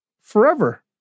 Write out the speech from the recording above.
Forever